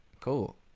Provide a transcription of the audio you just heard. Cool